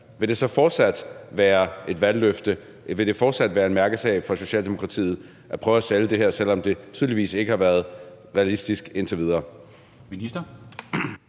vil det så fortsat være et valgløfte, og vil det fortsat være en mærkesag for Socialdemokratiet at prøve at sælge det her, selv om det tydeligvis ikke har været realistisk indtil videre?